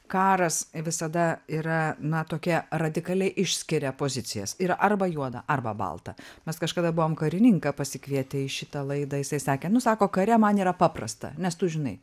karas visada yra na tokia radikaliai išskiria pozicijas yra arba juoda arba balta mes kažkada buvom karininką pasikvietę į šitą laidą jisai sakė nu sako kare man yra paprasta nes tu žinai